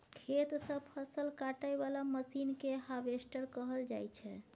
खेत सँ फसल काटय बला मशीन केँ हार्वेस्टर कहल जाइ छै